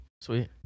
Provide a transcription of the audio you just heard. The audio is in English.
Sweet